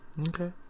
okay